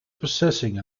possessing